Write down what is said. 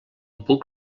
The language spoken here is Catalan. puc